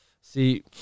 See